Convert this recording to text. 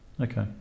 Okay